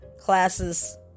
Classes